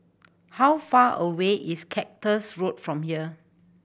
how far away is Cactus Road from here